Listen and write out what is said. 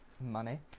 money